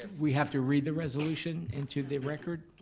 we have to read the resolution into the record?